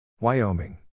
Wyoming